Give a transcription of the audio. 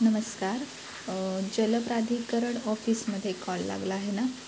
नमस्कार जलप्राधिकरण ऑफिसमध्ये कॉल लागला आहे ना